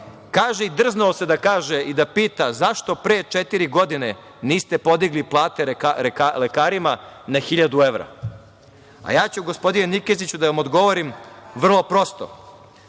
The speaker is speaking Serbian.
Kaže i drznuo se da kaže i da pita – zašto pre četiri godine niste podigli plate lekarima na hiljadu evra? Gospodine Nikeziću, ja ću da vam odgovorim vrlo prosto